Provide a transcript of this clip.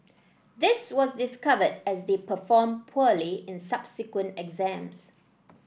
this was discovered as they performed poorly in subsequent exams